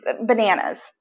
bananas